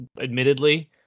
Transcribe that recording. admittedly